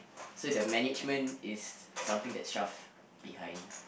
so their management is something that shoved behind